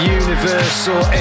universal